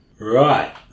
right